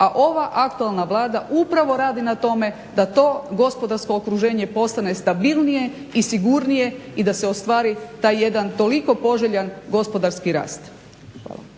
a ova aktualna Vlada upravo radi na tome da to gospodarsko okruženje postane stabilnije i sigurnije i da se ostvari taj jedan toliko poželjan gospodarski rast.